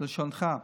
כלשונך.